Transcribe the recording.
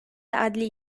adli